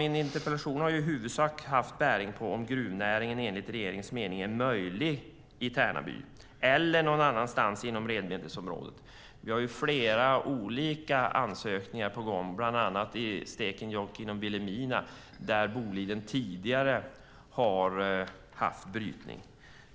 Min interpellation har i huvudsak bäring på om gruvnäring enligt regeringens mening är möjlig i Tärnaby eller någon annanstans inom renbetesområdet. Vi har flera olika ansökningar på gång, bland annat i Stekenjokk i Vilhelmina kommun, där Boliden tidigare har haft brytning.